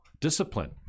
discipline